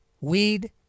weed